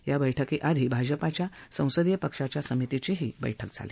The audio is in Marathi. याबैठकी आधि भाजपाच्या संसदीय पक्षाच्या समितीचीही बैठक झाली